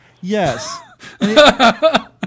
Yes